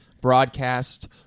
broadcast